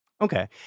Okay